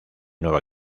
nueva